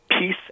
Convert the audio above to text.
peace